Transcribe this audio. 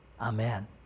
Amen